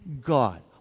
God